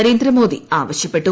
നരേന്ദ്രമോദി ആവശ്യപ്പെട്ടു